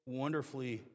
wonderfully